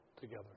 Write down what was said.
together